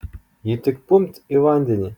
ji tik pumpt į vandenį